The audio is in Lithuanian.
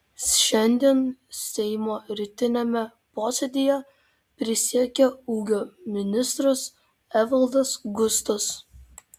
šiandien seimo rytiniame posėdyje prisiekė ūkio ministras evaldas gustas